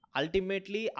ultimately